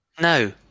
No